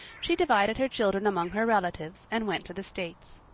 she divided her children among her relatives and went to the states.